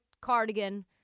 cardigan